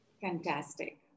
Fantastic